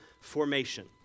formation